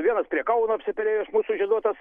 vienas prie kauno apsiperėjęs mūsų žieduotas